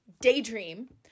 Daydream